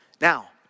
Now